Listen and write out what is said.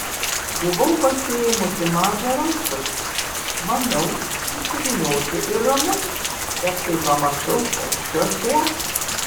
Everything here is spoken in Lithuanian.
buvau pasiėmusi mažą rankšluostį maniau įsivyniosiu ir ramu bet kai pamačiau koks čia šuo